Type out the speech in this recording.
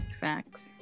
Facts